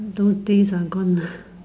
those days are gone ah